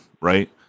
Right